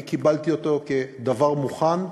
אני קיבלתי אותו כדבר מוכן.